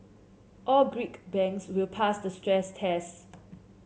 all Greek banks will pass the stress tests